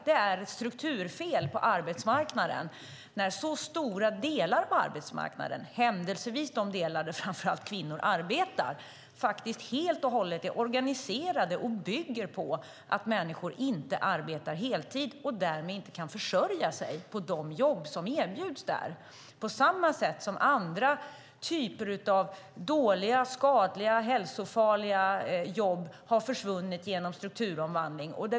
Det finns ett strukturfel när så stora delar av arbetsmarknaden, händelsevis de delar där framför allt kvinnor arbetar, helt och hållet är organiserade på och bygger på att människor inte arbetar heltid och därmed inte kan försörja sig på de jobb som erbjuds där. Andra typer av dåliga, skadliga och hälsofarliga jobb har försvunnit genom strukturomvandling.